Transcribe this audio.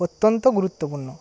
অত্যন্ত গুরুত্বপূর্ণ